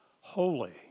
Holy